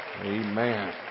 amen